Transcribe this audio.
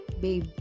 babe